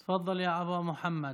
תפדל, יא אבו מוחמד.